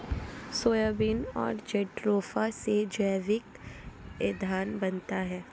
soybean और jatropha से जैविक ईंधन बनता है